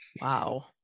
Wow